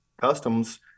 Customs